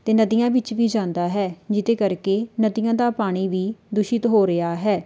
ਅਤੇ ਨਦੀਆਂ ਵਿੱਚ ਵੀ ਜਾਂਦਾ ਹੈ ਜਿਹਦੇ ਕਰਕੇ ਨਦੀਆਂ ਦਾ ਪਾਣੀ ਵੀ ਦੂਸ਼ਿਤ ਹੋ ਰਿਹਾ ਹੈ